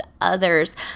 others